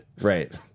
Right